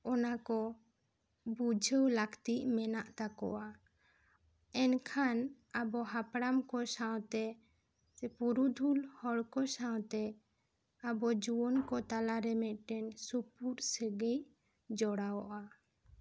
ᱚᱱᱟ ᱠᱚ ᱵᱩᱡᱷᱟᱹᱣ ᱞᱟᱹᱠᱛᱤ ᱢᱮᱱᱟᱜ ᱛᱟᱠᱚᱭᱟ ᱮᱱᱠᱷᱟᱱ ᱟᱵᱚ ᱦᱟᱯᱟᱲᱟᱢ ᱠᱚ ᱥᱟᱶᱛᱮ ᱥᱮ ᱯᱩᱨᱩᱫᱷᱩᱞ ᱦᱚᱲ ᱠᱚ ᱥᱟᱶᱛᱮ ᱟᱵᱚ ᱡᱩᱭᱟᱹᱱ ᱠᱚ ᱛᱟᱞᱟᱨᱮ ᱢᱤᱫᱴᱮᱱ ᱥᱩᱯᱩᱨ ᱥᱟᱹᱜᱟᱹᱭ ᱡᱚᱲᱟᱣᱟ